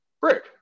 Brick